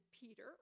Peter